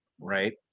right